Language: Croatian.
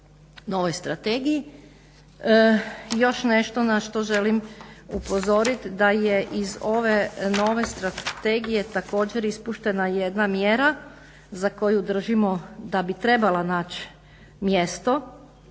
novoj strategiji. Još nešto na što želim upozoriti, da je iz ove nove strategije također ispuštena jedna mjera za koju držimo da bi trebala naći mjesto,